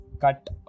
cut